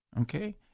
okay